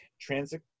Transit